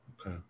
Okay